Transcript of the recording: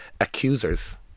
accusers